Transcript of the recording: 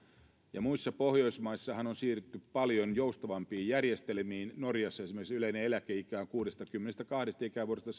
muissa pohjoismaissahan on siirrytty paljon joustavampiin järjestelmiin esimerkiksi norjassa yleinen eläkeikä on kuudestakymmenestäkahdesta ikävuodesta